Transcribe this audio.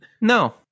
No